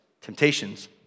temptations